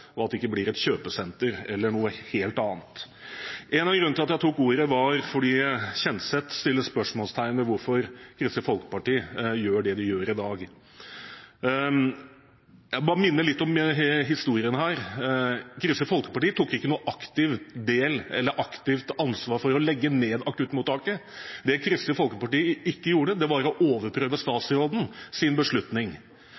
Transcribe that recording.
og at det ikke blir et kjøpesenter eller noe helt annet. En av grunnene til at jeg tok ordet, var at Kjenseth setter spørsmålstegn ved hvorfor Kristelig Folkeparti gjør det de gjør i dag. Jeg bare minner litt om historien her: Kristelig Folkeparti tok ikke noen aktiv del i eller noe aktivt ansvar for å legge ned akuttmottaket. Det Kristelig Folkeparti ikke gjorde, var å overprøve